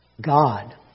God